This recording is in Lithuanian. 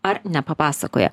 ar nepapasakoja